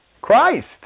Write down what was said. Christ